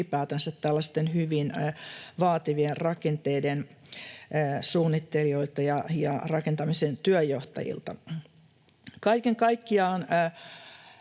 tällaisten hyvin vaativien rakenteiden suunnittelijoilta ja rakentamisen työnjohtajilta. Kaiken kaikkiaan